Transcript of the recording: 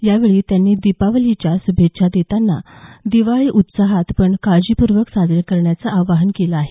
यावेळी त्यांनी दीपावलीच्या श्रभेच्छा देताना दिवाळी उत्साहात पण काळजीपूर्वक साजरी करण्याचं आवाहन केलं आहे